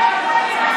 ביקשתי כל כך יפה.